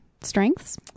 strengths